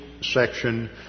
section